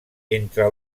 entre